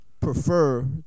prefer